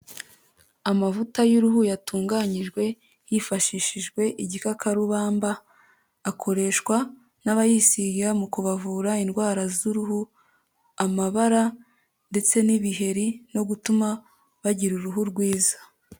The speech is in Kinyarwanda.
Amavuta y'uruhu yatunganyijwe hifashishijwe igikakarubamba, akoreshwa n'abayisiga mu kubavura indwara z'uruhu, amabara ,ndetse n'ibiheri no gutuma bagira uruhu rwiza.